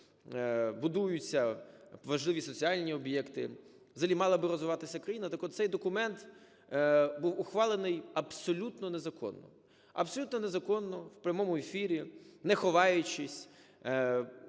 будуються важливі соціальні об'єкти, взагалі мала би розвиватися країна, так от цей документ був ухвалений абсолютно незаконно, абсолютно незаконно в прямому ефірі, не ховаючись,